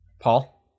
Paul